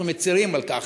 אנחנו מצרים על כך.